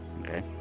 Okay